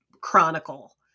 chronicle